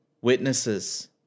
Witnesses